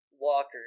Walker